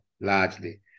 largely